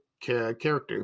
character